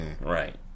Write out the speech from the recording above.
Right